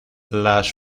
las